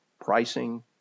pricing